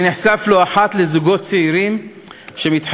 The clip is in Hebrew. אני נחשף לא אחת לזוגות צעירים שמתחייבים